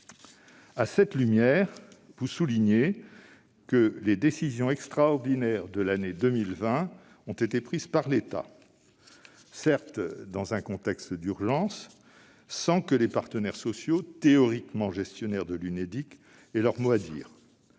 À cette lumière, vous soulignez que les décisions extraordinaires de l'année 2020 ont été prises par l'État, certes dans un contexte d'urgence, mais sans que les partenaires sociaux, théoriquement gestionnaires de l'Unédic, aient leur mot à dire,